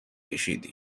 ﻧﻌﺮه